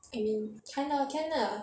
I mean can lah